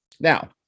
Now